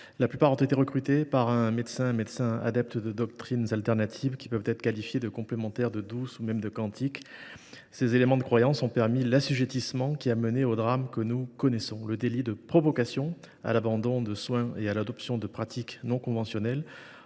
La plupart avaient été recrutés par un médecin adepte de doctrines alternatives, qui peuvent être qualifiées de complémentaires, de douces ou même de quantiques… Ces éléments de croyance ont permis l’assujettissement qui a mené aux drames que nous connaissons. Le délit de provocation à l’abandon de soins et à l’adoption de pratiques non conventionnelles